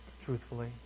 truthfully